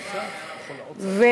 אני מקשיב לך בקשב רב, מירב.